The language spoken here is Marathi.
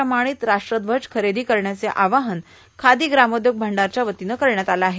प्रमाणित राष्ट्रध्वज खरेदी करण्याचे आवाहन खादी ग्रामोद्योग भांडाराच्या वतीनं करण्यात आलं आहे